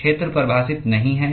क्षेत्र परिभाषित नहीं है